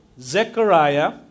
Zechariah